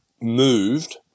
moved